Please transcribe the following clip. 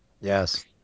Yes